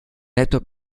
laptop